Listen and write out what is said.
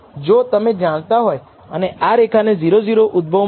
તેથી આપણે SSEને n 2 ડિગ્રીઝ ઓફ ફ્રીડમ સંખ્યા દ્વારા વિભાજીત કરીએ છીએ